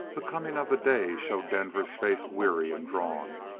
the coming of the day showed denver's face weary and drawn.